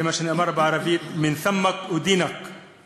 זה מה שנאמר בערבית: (אומר בערבית: מהפה שלך ארשיע אותך).